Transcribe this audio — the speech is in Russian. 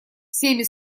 всеми